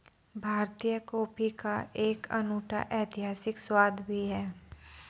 भारतीय कॉफी का एक अनूठा ऐतिहासिक स्वाद भी है